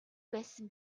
байсан